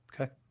Okay